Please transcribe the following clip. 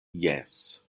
jes